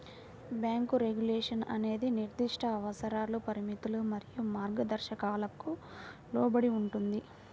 bank regulation అనేది నిర్దిష్ట అవసరాలు, పరిమితులు మరియు మార్గదర్శకాలకు లోబడి ఉంటుంది,